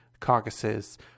caucuses